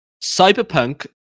Cyberpunk